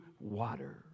water